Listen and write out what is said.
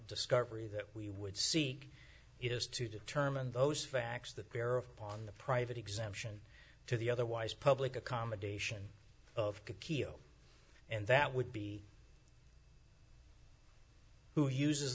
discovery that we would seek it is to determine those facts that bear upon the private exemption to the otherwise public accommodation of the keel and that would be who uses